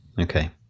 okay